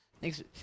thanks